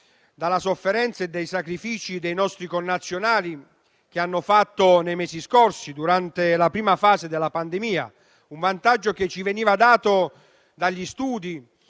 dalla sofferenza e dai sacrifici che i nostri connazionali hanno fatto nei mesi scorsi durante la prima fase. Un vantaggio che ci veniva dagli studi